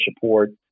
support